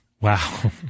Wow